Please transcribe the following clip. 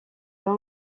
pas